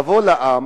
לבוא לעם,